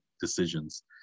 decisions